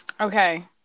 Okay